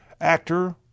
Actor